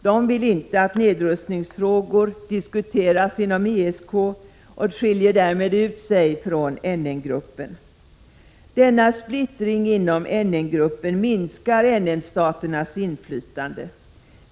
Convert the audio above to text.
Detta land vill ej att nedrustningsfrågor diskuteras inom ESK och skiljer därmed ut sig från NN-gruppen. Denna splittring inom NN-gruppen minskar NN-staternas inflytande.